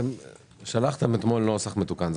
שלחתם אתמול נוסח מתוקן.